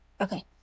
Okay